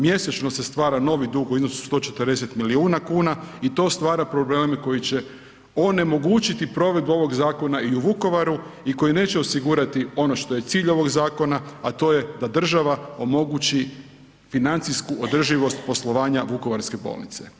Mjesečno se stvara novi dug u iznosu 140 milijuna kuna i to stvara probleme koji će onemogućiti provedbu ovoga zakona i u Vukovaru i koji neće osigurati ono što je cilj ovoga zakona, a to je da država omogući financijsku održivost poslovanja Vukovarske bolnice.